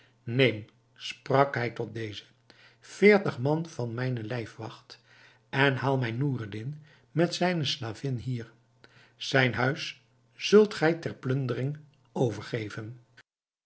neem sprak hij tot dezen veertig man van mijne lijfwacht en haal mij noureddin met zijne slavin hier zijn huis zult gij ter plundering overgeven